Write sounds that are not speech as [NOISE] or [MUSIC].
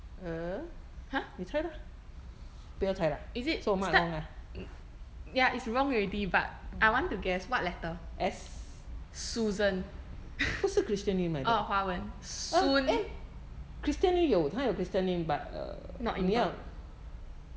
!huh! is it start ya is wrong already but I want to guess what letter susan [LAUGHS] orh 华文 soon not